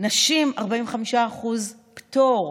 נשים, 45% פטור,